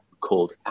called